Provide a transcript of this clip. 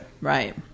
Right